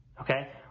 Okay